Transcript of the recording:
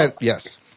Yes